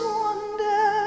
wonder